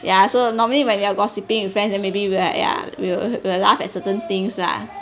ya so normally when you are gossiping with friends then maybe you have ya will will laugh at certain things lah